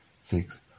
six